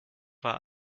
war